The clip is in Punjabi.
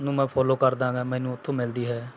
ਨੂੰ ਮੈਂ ਫੋਲੋ ਕਰਦਾ ਗਾ ਮੈਨੂੰ ਉੱਥੋਂ ਮਿਲਦੀ ਹੈ